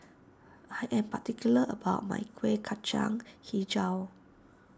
I am particular about my Kuih Kacang HiJau